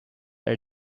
are